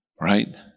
right